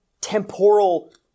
temporal